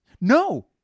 No